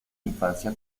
infancia